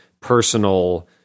personal